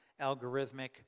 algorithmic